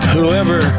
Whoever